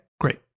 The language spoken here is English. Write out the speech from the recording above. great